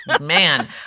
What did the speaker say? Man